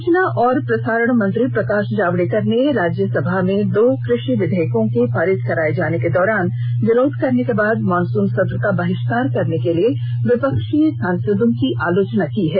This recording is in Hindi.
सूचना और प्रसारण मंत्री प्रकाश जावड़ेकर ने राज्यषसभा में दो कृषि विधेयकों को पारित कराए जाने के दौरान विरोध करने के बाद मॉनसन सत्र का बहिष्कार करने के लिए विपक्षी सांसदों की आलोचना की है